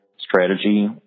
strategy